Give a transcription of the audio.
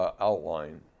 outline